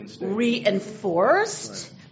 reinforced